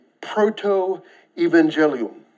proto-evangelium